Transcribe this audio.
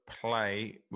play